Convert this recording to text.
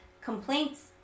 complaints